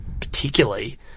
particularly